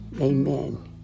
amen